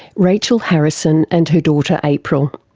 rachel harrison and her daughter april.